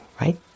right